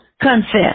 confess